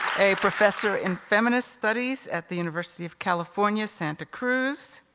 a professor in feminist studies at the university of california, santa cruz.